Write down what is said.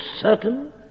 certain